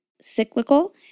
cyclical